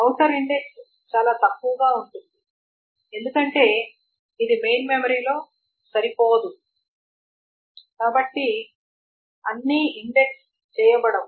outer index చాలా తక్కువగా ఉంటుంది ఎందుకంటే ఇది మెయిన్ మెమరీ లో సరిపోదు కాబట్టి అన్నీ ఇండెక్స్ చేయబడవు